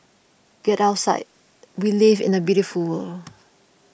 get outside we live in a beautiful world